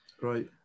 Right